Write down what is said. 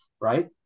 right